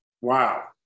Wow